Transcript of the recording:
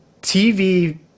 TV